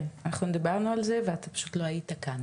כן, אנחנו דיברנו על זה ואתה פשוט לא היית כאן.